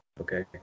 okay